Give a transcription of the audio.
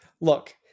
Look